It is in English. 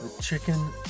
chicken